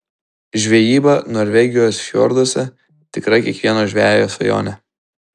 žvejyba norvegijos fjorduose tikra kiekvieno žvejo svajonė